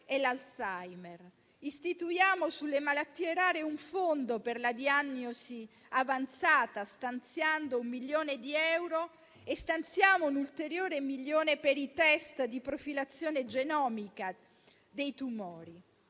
e l'Alzheimer. Istituiamo sulle malattie rare un fondo per la diagnosi avanzata, stanziando un milione di euro e stanziamo un ulteriore milione per i test di profilazione genomica dei tumori.